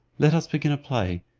let us begin a play,